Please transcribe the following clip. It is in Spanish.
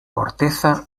corteza